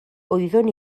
wyddwn